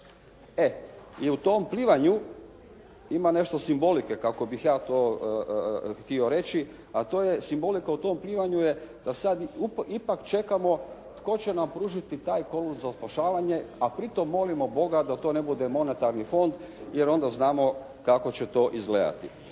E i u tom plivanju ima nešto simbolike kako bih ja to htio reći, a to je simbolika u tom plivanju je da sada ipak čekamo tko će nam pružiti kolut za spašavanje, a pri tom molimo Boga da to ne bude monetarni fond, jer onda znamo kako će to izgledati.